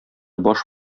баш